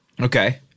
Okay